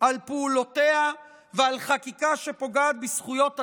על פעולותיה ועל חקיקה שפוגעת בזכויות אדם,